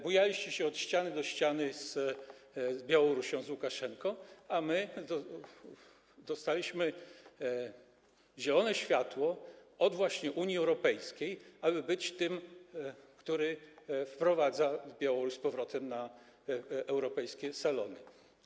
Bujaliście się od ściany do ściany z Białorusią, z Łukaszenką, a my dostaliśmy zielone światło właśnie od Unii Europejskiej, aby być tym, który wprowadza Białoruś z powrotem na europejskie salony.